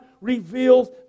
reveals